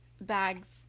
bags